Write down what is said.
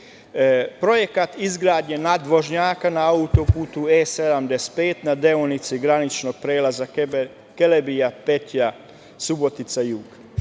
projekat izgradnje nadvožnjaka na auto-putu E75 na deonici graničnog prelaza Kelebija petlja – Subotica jug,